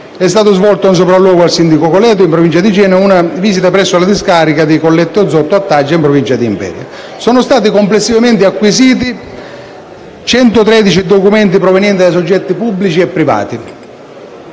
È stato svolto un sopralluogo al SIN di Cogoleto, in Provincia di Genova, e una visita presso la discarica di Collette Ozotto a Taggia, in Provincia di Imperia. Sono stati complessivamente acquisiti 113 documenti provenienti da soggetti pubblici e privati.